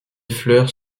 fleurs